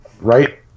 right